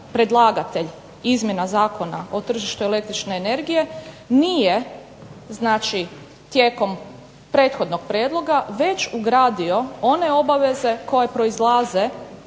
predlagatelj izmjena Zakona o tržištu električne energije nije znači tijekom prethodnog prijedloga već ugradio one obveze koje proizlaze